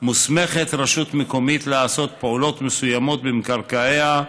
מוסמכת רשות מקומית לעשות פעולות מסוימות במקרקעיה,